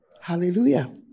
Hallelujah